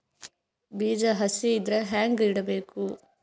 ಬೀಜ ಹಸಿ ಇದ್ರ ಹ್ಯಾಂಗ್ ಇಡಬೇಕು?